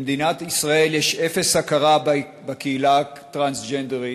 במדינת ישראל יש אפס הכרה בקהילה הטרנסג'נדרית,